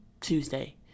Tuesday